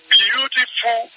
beautiful